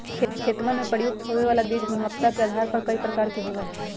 खेतवन में प्रयुक्त होवे वाला बीज गुणवत्ता के आधार पर कई प्रकार के होवा हई